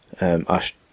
Ash